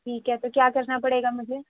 ٹھیک ہے تو کیا کرنا پڑے گا مجھے